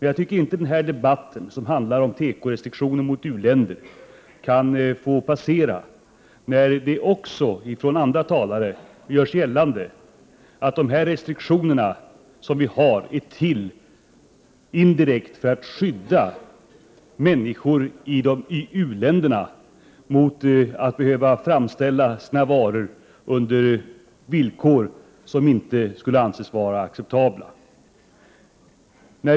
Jag tycker inte att denna debatt — som handlar om tekorestriktioner mot u-länder — kan passera, när det från andra talare görs gällande att restriktionerna är till för att indirekt skydda människorna i u-länderna mot att behöva framställa sina varor under villkor som inte skulle anses vara acceptabla.